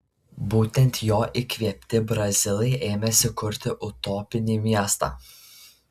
būtent jo įkvėpti brazilai ėmėsi kurti utopinį miestą